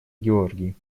георгий